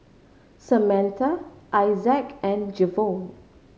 Samatha Isaac and Jevon